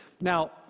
now